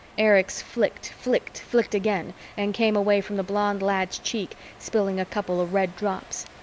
erich's flicked, flicked, flicked again and came away from the blond lad's cheek spilling a couple of red drops.